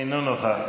אינו נוכח,